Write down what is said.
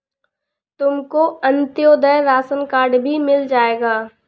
तुमको Antyodaya ration card भी मिल जाएगा